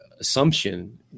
assumption